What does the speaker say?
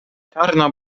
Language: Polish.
czarna